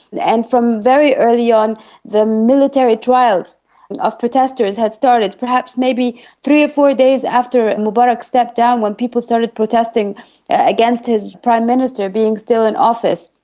and from very early on the military trials and of protesters had started, perhaps maybe three or four days after mubarak stepped down when people started protesting against his prime minister being still in office.